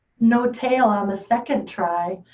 no tail on the second try.